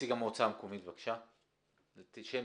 נציג